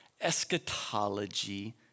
eschatology